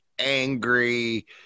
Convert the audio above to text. angry